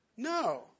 No